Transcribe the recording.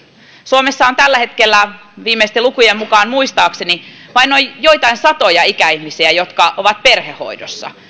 suomessa on tällä hetkellä viimeisten lukujen mukaan muistaakseni vain joitain satoja ikäihmisiä jotka ovat perhehoidossa